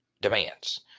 demands